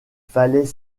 fallait